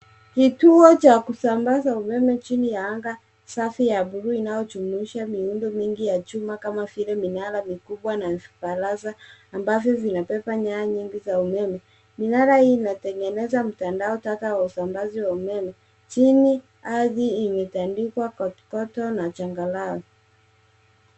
Kituo cha kusambaza umeme chini ya anga safi ya buluu inayojumuisha miundo mingi ya chuma kama vile minara mikubwa na vibaraza ambavyo vinabeba nyaya nyingi za umeme. Minara hii inatengeneza mtandao tata usambazi wa umeme. Chini ardhi imetandikwa kokoto na changarawe.